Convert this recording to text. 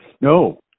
No